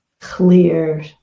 clear